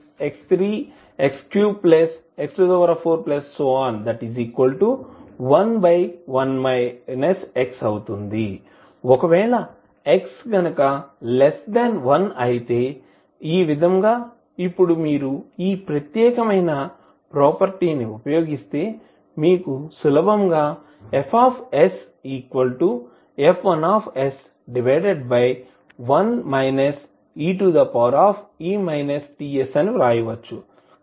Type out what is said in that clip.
11 x ఒకవేళ |x| 1అయితే ఈ విధంగా ఇప్పుడు మీరు ఈ ప్రత్యేకమైన ప్రాపర్టీ ను ఉపయోగిస్తే మీరు సులభంగా FsF11 e Tsఅని వ్రాయవచ్చు